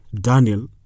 Daniel